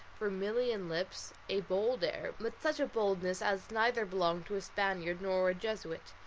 vermilion lips, a bold air, but such a boldness as neither belonged to a spaniard nor a jesuit.